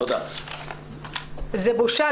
זה בושה.